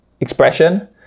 expression